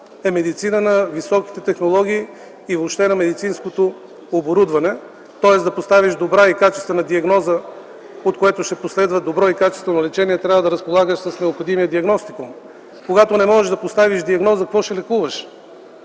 е медицина на високите технологии и въобще на медицинското оборудване. Тоест, за да поставиш добра и качествена диагноза, от което ще последва добро и качествено лечение, трябва да разполагаш с необходимия диагностикум. Когато не можеш да поставиш диагноза, какво ще лекуваш?